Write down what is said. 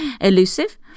elusive